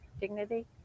dignity